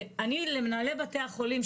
למנהלי בתי החולים,